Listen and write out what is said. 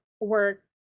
work